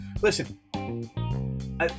Listen